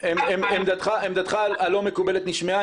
עמדתך הלא מקובלת נשמעה.